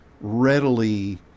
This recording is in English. readily